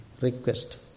Request